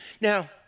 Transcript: Now